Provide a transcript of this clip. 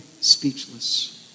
speechless